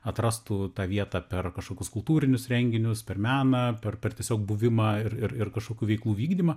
atrastų tą vietą per kažkokius kultūrinius renginius per meną per per tiesiog buvimą ir ir ir kažkokių veiklų vykdymą